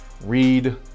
read